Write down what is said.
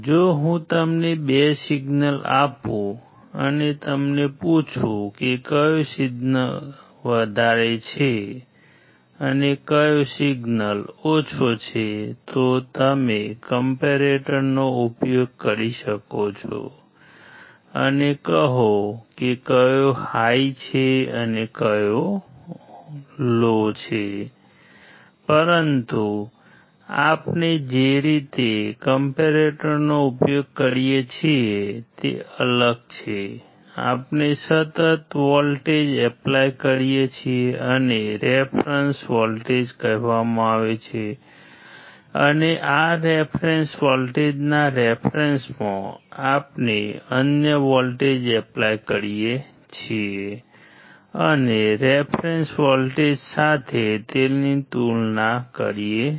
જો હું તમને 2 સિગ્નલ આપું અને તમને પૂછું કે કયો સિગ્નલ વધારે છે અને કયો સિગ્નલ ઓછો છે તો તમે કમ્પૅરેટરનો વોલ્ટેજ સતત છે